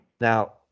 Now